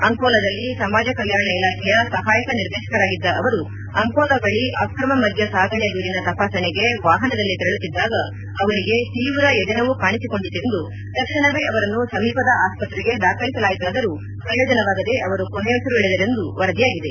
ಅಂಕೋಲಾದಲ್ಲಿ ಸಮಾಜ ಕಲ್ಯಾಣ ಇಲಾಖೆಯ ಸಹಾಯಕ ನಿರ್ದೇಶಕರಾಗಿದ್ದ ಅವರು ಅಂಕೋಲಾ ಬಳ ಅಕ್ರಮ ಮದ್ಯ ಸಾಗಣೆ ದೂರಿನ ತಪಾಸಣೆಗೆ ವಾಹನದಲ್ಲಿ ತೆರಳುತ್ತಿದ್ದಾಗ ಅವರಿಗೆ ತೀವ್ರ ಎದೆನೋವು ಕಾಣಿಸಿಕೊಂಡಿತೆಂದು ತಕ್ಷಣವೇ ಅವರನ್ನು ಸಮೀಪದ ಆಸ್ಪತ್ರೆಗೆ ದಾಖಲಿಸಲಾಯಿತಾದರೂ ಪ್ರಯೋಜನವಾಗದೇ ಅವರು ಕೊನೆಯುಸಿರೆಳೆದರೆಂದು ವರದಿಯಾಗಿದೆ